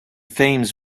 thames